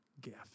gift